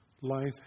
Life